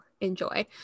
enjoy